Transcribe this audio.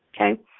okay